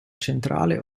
centrale